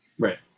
Right